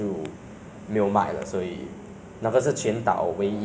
巨好吃的福建虾面 right now 是那个茨园的 lah